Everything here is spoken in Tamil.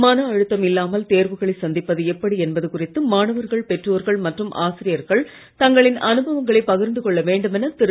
மன அழுத்தம் இல்லாமல் தேர்வுகளை சந்திப்பது எப்படி என்பது குறித்து மாணவர்கள் பெற்றோர்கள் மற்றும் ஆசிரியர்கள் தங்களின் அனுபவங்களை பகிர்ந்து கொள்ள வேண்டும் என திரு